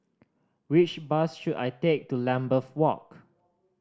which bus should I take to Lambeth Walk